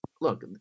look